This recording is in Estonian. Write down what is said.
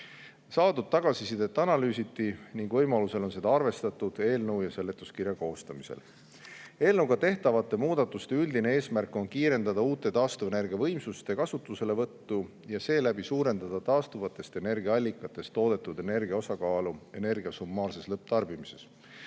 Saadud tagasisidet analüüsiti ning võimaluse korral on seda eelnõu ja seletuskirja koostamisel arvestatud. Eelnõuga tehtavate muudatuste üldine eesmärk on kiirendada uute taastuvenergiavõimsuste kasutuselevõttu ja seeläbi suurendada taastuvatest energiaallikatest toodetud energia osakaalu energia summaarses lõpptarbimises.